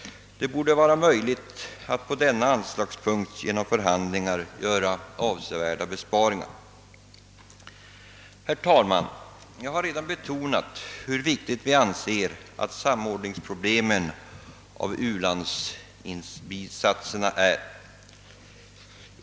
Det borde vara möjligt att på denna anslagspunkt genom förhandlingar göra avsevärda besparingar. Herr talman! Jag har redan betonat hur viktigt vi anser det vara att problemet med samordningen av u-landsinsatserna löses.